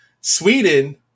Sweden